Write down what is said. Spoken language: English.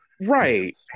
right